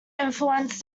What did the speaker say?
influenced